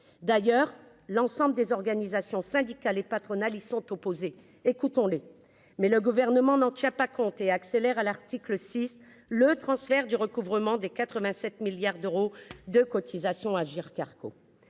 d'ailleurs, l'ensemble des organisations syndicales et patronales y sont opposés, écoutons-les, mais le gouvernement n'en tient pas compte et accélère à l'article 6 le transfert du recouvrement des 87 milliards d'euros de cotisations Agirc-Arrco